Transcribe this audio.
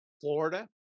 Florida